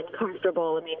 uncomfortable